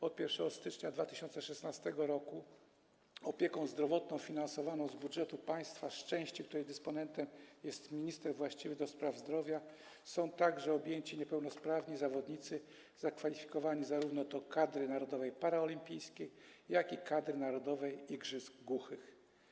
Od 1 stycznia 2016 r. opieką zdrowotną finansowaną z budżetu państwa z części, której dysponentem jest minister właściwy do spraw zdrowia, są objęci także niepełnosprawni zawodnicy zakwalifikowani zarówno do kadry narodowej paraolimpijskiej, jak i kadry narodowej igrzysk głuchych.